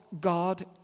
God